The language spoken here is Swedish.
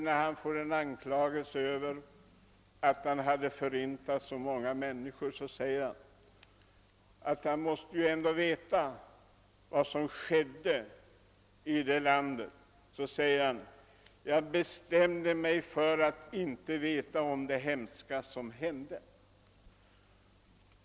När han anklagades för att ha dödat så många människor och det framhölls att han ändock måste veta vad som skedde i landet i fråga genmälde han, att han hade bestämt sig för att inte veta om det hemska som hände.